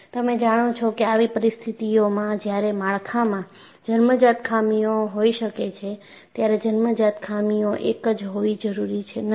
તમે જાણો છો કે આવી પરિસ્થિતિઓમાં જ્યારે માળખામાં જન્મજાત ખામીઓ હોઈ શકે છે ત્યારે જન્મજાત ખામીઓ એક જ હોવી જરૂરી નથી